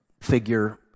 figure